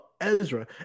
Ezra